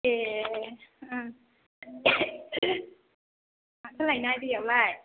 ए माथो लायनाय दैआवलाय